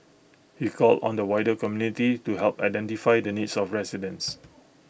he called on the wider community to help identify the needs of residents